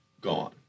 gone